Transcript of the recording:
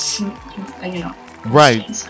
Right